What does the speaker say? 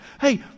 Hey